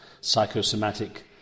psychosomatic